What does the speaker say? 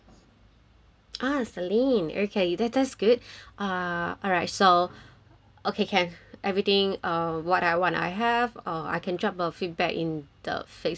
ah celine okay that that's good uh alright so okay can everything uh what I want I have uh I can drop a feedback in the facebook for you guys